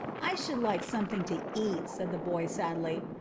i should like something to eat, said the boy sadly.